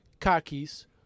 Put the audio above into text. khakis